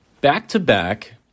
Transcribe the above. back-to-back